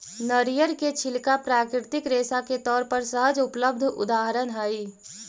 नरियर के छिलका प्राकृतिक रेशा के तौर पर सहज उपलब्ध उदाहरण हई